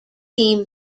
team